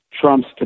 Trump's